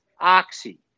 oxy